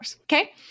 Okay